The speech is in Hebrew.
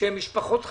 שהם משפחות חלשות,